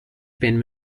been